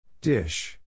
Dish